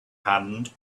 hand